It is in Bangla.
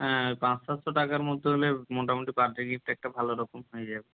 হ্যাঁ পাঁচ সাতশো টাকার মধ্যে হলে মোটামুটি বার্থডে গিফট একটা ভালো রকম হয়ে যাবে